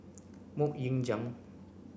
Mok Ying Jang